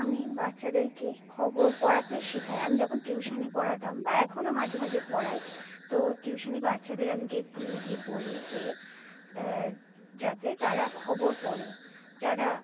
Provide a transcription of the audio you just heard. আমি বাচ্চাদেরকে খবর পড়াতে শেখাই আমি যখন টিউশন পড়াতাম বা এখনও মাঝে মাঝে পড়াই তো টিউশন বাচ্চাদের আমি আমি গিয়ে বলি যে যাতে তারা খবর পড়ে যারা